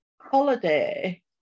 holiday